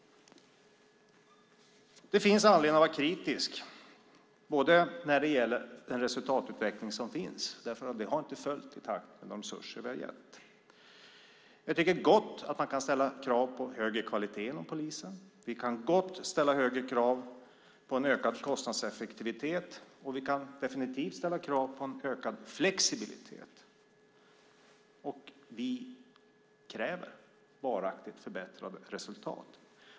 Det finns anledning att vara kritisk när det gäller den resultatuppräkning som finns, för resultaten har inte gått i takt med de resurser vi har gett. Jag tycker gott att man kan ställa krav på högre kvalitet inom polisen. Vi kan gott ställa högre krav på en ökad kostnadseffektivitet, och vi kan definitivt ställa krav på en ökad flexibilitet. Vi kräver bara ett förbättrat resultat.